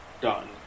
done